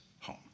home